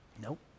Nope